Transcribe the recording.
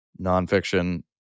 nonfiction